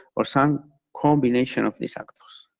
or some combination of these actors.